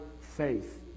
faith